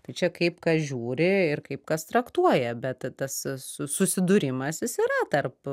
tai čia kaip kas žiūri ir kaip kas traktuoja bet tas susi susidūrimas jis yra tarp